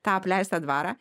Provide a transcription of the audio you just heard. tą apleistą dvarą